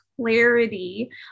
clarity